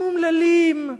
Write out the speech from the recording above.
הם אומללים.